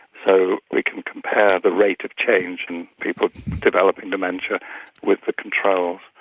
so we can compare the rate of change in people developing dementia with the controls.